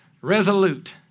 Resolute